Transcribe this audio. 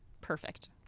Perfect